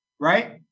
Right